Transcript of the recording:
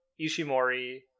Ishimori